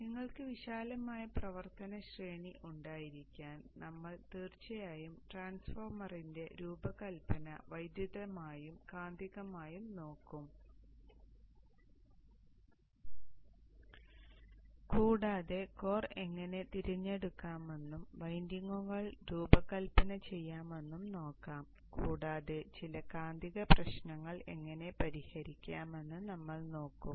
അതിനാൽ നിങ്ങൾക്ക് വിശാലമായ പ്രവർത്തന ശ്രേണി ഉണ്ടായിരിക്കാൻ നമ്മൾ തീർച്ചയായും ട്രാൻസ്ഫോർമറിന്റെ രൂപകൽപ്പന വൈദ്യുതമായും കാന്തികമായും നോക്കും കൂടാതെ കോർ എങ്ങനെ തിരഞ്ഞെടുക്കാമെന്നും വൈൻഡിംഗുകൾ രൂപകൽപ്പന ചെയ്യാമെന്നും നോക്കാം കൂടാതെ ചില കാന്തിക പ്രശ്നങ്ങൾ എങ്ങനെ പരിഹരിക്കാമെന്ന് നമ്മൾ നോക്കും